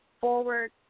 forward